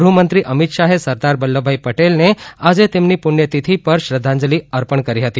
ગૃહમંત્રી અમિત શાહે સરદાર વલ્લભભાઇ પટેલને આજે તેમની પુસ્યતિથી પર શ્રધ્ધાંજલી અર્પણ કરી હતી